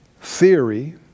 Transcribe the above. theory